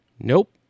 Nope